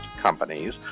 companies